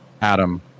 Adam